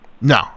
No